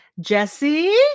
Jesse